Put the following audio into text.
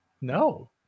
no